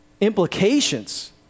implications